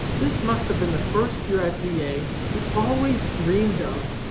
this must have been the first year at da you always dreamed of.